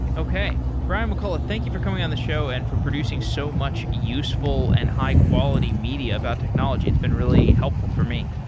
okay. brian mccullough, thank you for coming on the show and for producing so much useful and high-quality media about technology. it's been really helpful for me.